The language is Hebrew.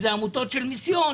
שזה עמותות של מיסיון